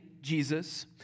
Jesus